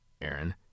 Aaron